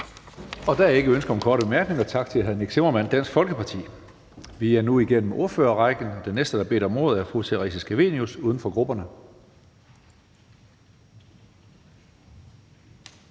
Der er ikke ønsker om korte bemærkninger. Tak til hr. Nick Zimmermann, Dansk Folkeparti. Vi er nu kommet igennem ordførerrækken, og den næste, der har bedt om ordet, er fru Theresa Scavenius, uden for grupperne.